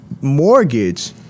mortgage